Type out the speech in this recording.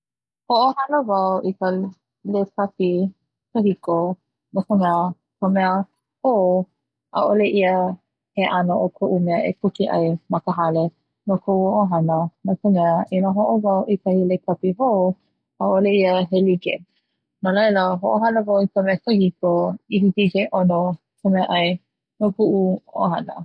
Hoʻohana wau i ka lekapi kahiko, no ka mea ka mea hou ʻaʻole ia he ʻano o koʻu mea e kuke ai ma ka hale no koʻu ʻohana no ka mea i na hoʻohana wau i kahi lekapī hou ʻaʻole he like, no laila hoʻohana wau i ka mea kahiko i hiki ke ʻono ka mea ʻai no kuʻu ʻohana.